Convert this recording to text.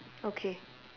okay